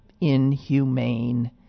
inhumane